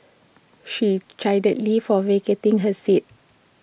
she chided lee for vacating her seat